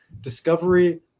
discovery